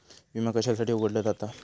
विमा कशासाठी उघडलो जाता?